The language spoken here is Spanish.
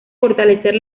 fortalecer